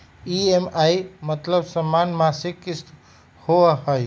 EMI के मतलब समान मासिक किस्त होहई?